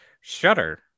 shutter